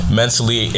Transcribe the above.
mentally